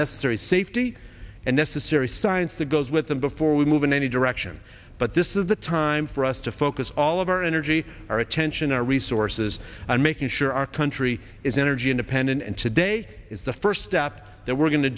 necessary safety and necessary science that goes with them before we move in any direction but this is the time for us to focus all of our energy our attention our resources and making sure our country is energy independent and today is the first step that we're going to